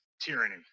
tyranny